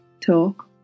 talk